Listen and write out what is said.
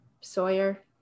Sawyer